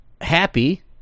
happy